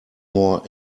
more